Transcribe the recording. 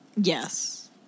Yes